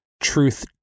truth